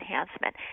enhancement